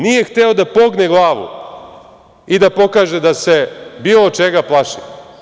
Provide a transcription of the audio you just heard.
Nije hteo da pogne glavu i da pokaže da se bilo čega plaši.